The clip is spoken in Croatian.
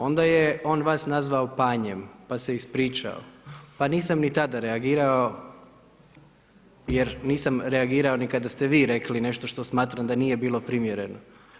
Onda je on vas nazvao Panjem, pa se ispričao, pa nisam ni tada reagirao jer nisam reagirao ni kada ste vi rekli nešto što smatram da nije bilo primjereno.